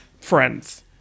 friends